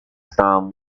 estaban